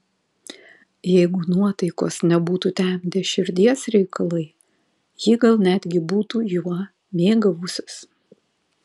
jeigu nuotaikos nebūtų temdę širdies reikalai ji gal netgi būtų juo mėgavusis